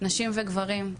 נשים וגברים,